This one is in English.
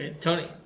Tony